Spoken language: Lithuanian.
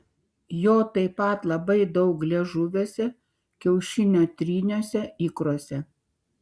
jo taip pat labai daug liežuviuose kiaušinio tryniuose ikruose